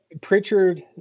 Pritchard